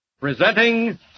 Presenting